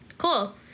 cool